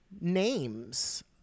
names